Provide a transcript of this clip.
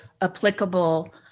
applicable